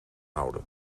houden